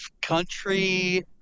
country